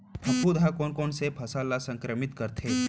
फफूंद ह कोन कोन से फसल ल संक्रमित करथे?